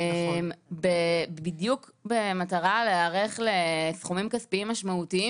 בדיוק כדי להיערך לסכומים כספיים משמעותיים